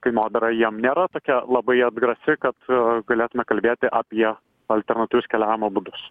kainodara jiem nėra tokia labai atgrasi kad galėtume kalbėti apie alternatyvius keliavimo būdus